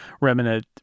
remnant